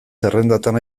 zerrendatan